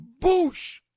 Boosh